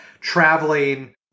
traveling